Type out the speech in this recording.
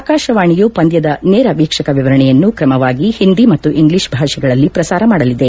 ಆಕಾಶವಾಣಿಯು ಪಂದ್ಯದ ನೇರ ವೀಕ್ಷಕ ವಿವರಣೆಯನ್ನು ಕ್ರಮವಾಗಿ ಹಿಂದಿ ಮತ್ತು ಇಂಗ್ಲೀಷ್ ಭಾಷೆಗಳಲ್ಲಿ ಪ್ರಸಾರ ಮಾದಲಿದೆ